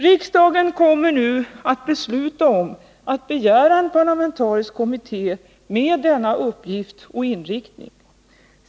Riksdagen kommer nu att besluta om att begära en parlamentarisk kommitté med denna uppgift och inriktning.